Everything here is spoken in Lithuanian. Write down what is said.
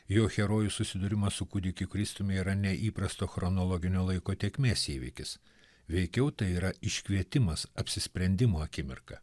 jo herojų susidūrimas su kūdikiu kristumi yra ne įprasto chronologinio laiko tėkmės įvykis veikiau tai yra iškvietimas apsisprendimo akimirka